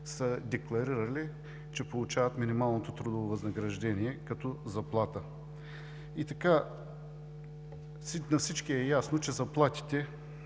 са декларирали, че получават минималното трудово възнаграждение като заплата. На всички е ясно, че заплатите